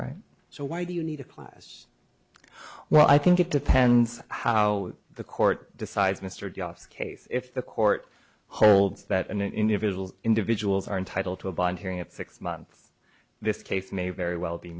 right so why do you need a class well i think it depends on how the court decides mr jeffs case if the court holds that an individual individuals are entitled to a bond hearing at six months this case may very well be